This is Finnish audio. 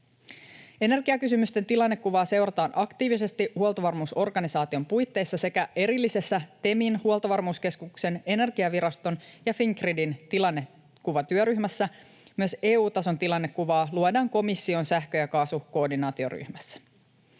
Energiakysymysten tilannekuvaa seurataan aktiivisesti huoltovarmuusorganisaation puitteissa sekä erillisessä TEMin, Huoltovarmuuskeskuksen, Energiaviraston ja Fingridin tilannekuvatyöryhmässä. Myös EU-tason tilannekuvaa luodaan komission sähkö- ja kaa-sukoordinaatioryhmässä.